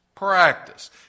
practice